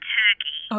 turkey